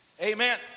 amen